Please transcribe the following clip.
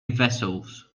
vessels